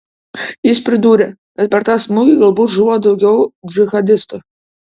jis pridūrė kad per tą smūgį galbūt žuvo daugiau džihadistų